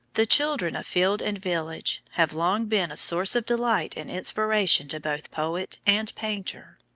the children of field and village have long been a source of delight and inspiration to both poet and painter.